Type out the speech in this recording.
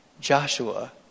Joshua